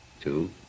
Two